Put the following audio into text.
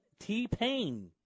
t-pain